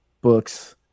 books